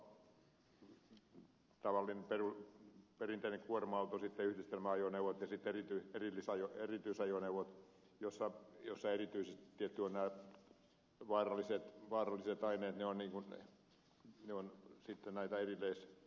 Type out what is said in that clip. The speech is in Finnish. henkilöauto perinteinen kuorma auto sitten yhdistelmäajoneuvot ja sitten erityisajoneuvot joissa erityisesti nämä vaaralliset aineet ovat sitten näitä erillisasioita